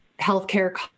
healthcare